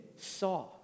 saw